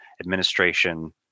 Administration